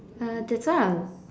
uh that's why I'm